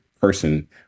person